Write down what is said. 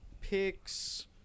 picks